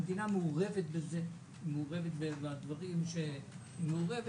המדינה מעורבת בזה בדברים שהיא מעורבת.